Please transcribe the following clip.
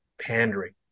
pandering